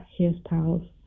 hairstyles